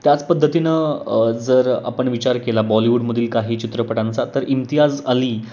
त्याच पद्धतीनं जर आपण विचार केला बॉलिवूडमधील काही चित्रपटांचा तर इम्तियाज अली